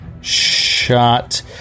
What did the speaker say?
shot